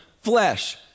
flesh